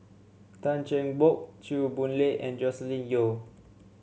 Tan Cheng Bock Chew Boon Lay and Joscelin Yeo